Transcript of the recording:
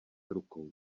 rukou